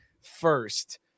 first